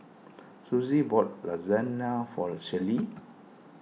Suzie bought Lasagna for Sheree